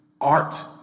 art